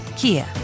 Kia